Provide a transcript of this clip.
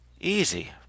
Easy